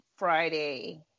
Friday